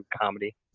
comedy